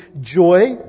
joy